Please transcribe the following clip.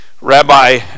Rabbi